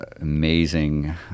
amazing